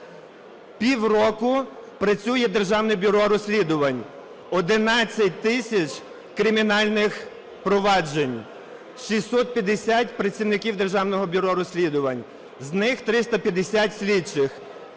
Півроку працює Державне бюро розслідувань, 11 тисяч кримінальних проваджень, 650 працівників Державного бюро розслідувань, з них 350 слідчих,